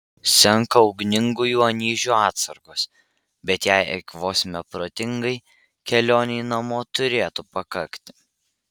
senka ugningųjų anyžių atsargos bet jei eikvosime protingai kelionei namo turėtų pakakti